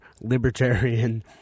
libertarian